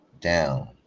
down